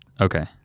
Okay